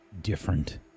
different